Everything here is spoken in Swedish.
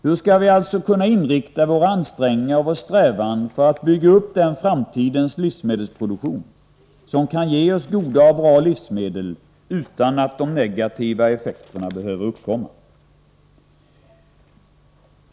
Hur skall vi alltså kunna inrikta våra ansträngningar och vår strävan för att bygga upp den framtidens livsmedelsproduktion som kan ge oss goda och bra livsmedel utan att de negativa effekterna behöver uppkomma?